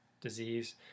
disease